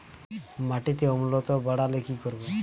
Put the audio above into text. মাটিতে অম্লত্ব বাড়লে কি করব?